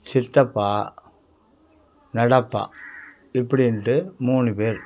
சித்தப்பா நடப்பா இப்படினுட்டு மூணு பேர்